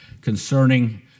concerning